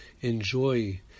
enjoy